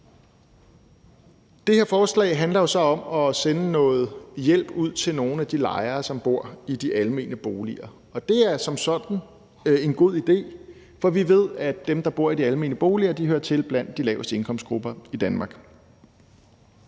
Det her forslag handler så om at sende noget hjælp ud til nogle af de lejere, som bor i de almene boliger. Og det er som sådan en god idé, for vi ved, at dem, der bor i de almene boliger, hører til blandt de laveste indkomstgrupper i Danmark.